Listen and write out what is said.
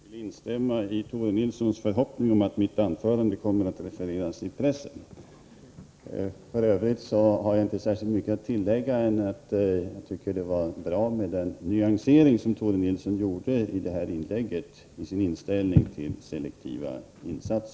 Herr talman! Jag instämmer i Tore Nilssons förhoppning att mitt anförande kommer att refereras i pressen. F. ö. har jag inte särskilt mycket mer att tillägga än att jag tycker att det var bra med den nyansering av sin inställning till selektiva insatser som Tore Nilsson gjorde i detta inlägg.